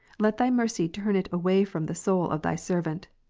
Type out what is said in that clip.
let thy mercy turn it away from the soul of thy servant.